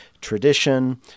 tradition